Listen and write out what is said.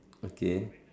okay